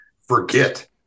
forget